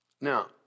Now